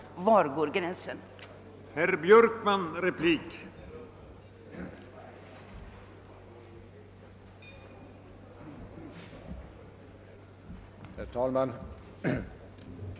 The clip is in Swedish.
Var skall man dra gränsen mellan dessa fall?